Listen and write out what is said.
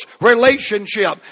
relationship